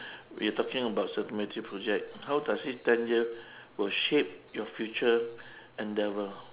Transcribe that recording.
we're talking about sustainability project how does this ten years will shape your future endeavour